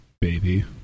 baby